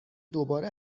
دوباره